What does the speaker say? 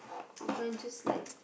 you can't just like